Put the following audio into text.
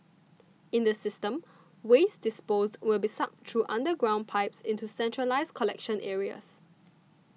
in the system waste disposed will be sucked through underground pipes into centralised collection areas